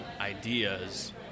ideas